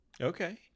Okay